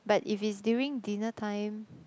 but if it's during dinner time